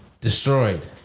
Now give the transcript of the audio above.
destroyed